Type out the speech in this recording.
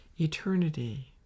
eternity